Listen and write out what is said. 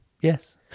yes